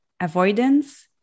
avoidance